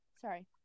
Sorry